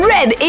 Red